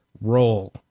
roll